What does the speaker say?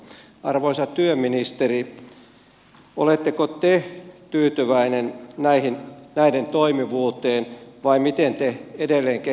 arvoisa työministeri oletteko te tyytyväinen näiden toimivuuteen vai miten te edelleen kehittäisitte niitä